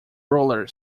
roller